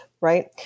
right